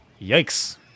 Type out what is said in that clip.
Yikes